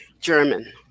German